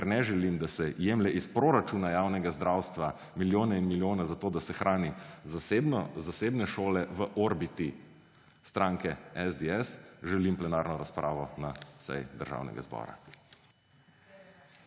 ker ne želim, da se jemlje iz proračuna javnega šolstva milijone in milijone za to, da se hrani zasebne šole v orbiti stranke SDS, želim plenarno razpravo na seji Državnega zbora.